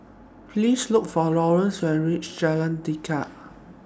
Please Look For Lawerence when YOU REACH Jalan Tekad